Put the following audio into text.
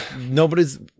nobody's